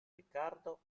riccardo